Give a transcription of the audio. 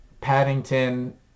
Paddington